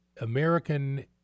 American